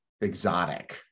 exotic